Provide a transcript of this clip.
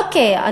אוקיי,